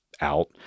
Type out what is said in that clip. out